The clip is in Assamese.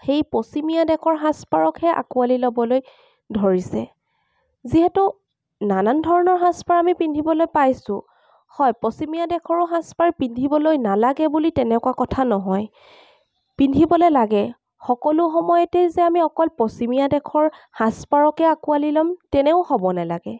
সেই পশ্চিমীয়া দেশৰ সাজপাৰকহে আকোৱালী ল'বলৈ ধৰিছে যিহেতু নানান ধৰণৰ সাজপাৰ আমি পিন্ধিবলৈ পাইছো হয় পশ্চিমীয়া দেশৰো সাজপাৰ পিন্ধিবলৈ নালাগে বুলি তেনেকুৱা কথা নহয় পিন্ধিবলৈ লাগে সকলো সময়তে যে আমি অকল পশ্চিমীয়া দেশৰ সাজপাৰকে আকোৱালী ল'ম তেনেও হ'ব নালাগে